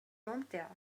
ممتع